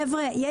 חבר'ה,